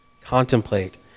contemplate